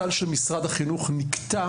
הסל של סל החינוך נקטע